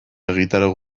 egitarau